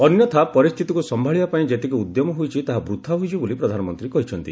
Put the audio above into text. ଅନ୍ୟଥା ପରିସ୍ଥିତିକୁ ସମ୍ଭାଳିବା ପାଇଁ ଯେତିକି ଉଦ୍ୟମ ହୋଇଛି ତାହା ବୃଥା ହୋଇଯିବ ବୋଲି ପ୍ରଧାନମନ୍ତ୍ରୀ କହିଛନ୍ତି